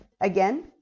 again